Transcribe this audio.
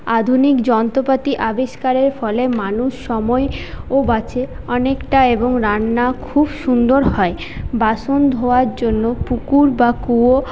আধুনিক যন্ত্রপাতি আবিষ্কারের ফলে মানুষের সময়ও বাঁচে অনেকটা এবং রান্না খুব সুন্দর হয় বাসন ধোয়ার জন্য পুকুর বা কুয়ো